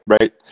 right